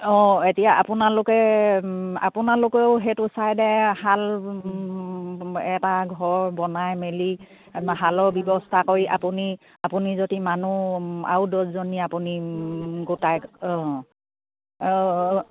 অঁ এতিয়া আপোনালোকে আপোনালোকেও সেইটো ছাইডে শাল এটা ঘৰ বনাই মেলি শালৰ ব্যৱস্থা কৰি আপুনি আপুনি যদি মানুহ আৰু দছজনী আপুনি গোটায় অঁ অ